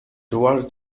towards